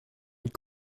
avec